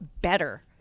better